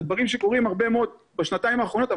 אלה דברים שקורים הרבה מאוד בשנתיים האחרונות,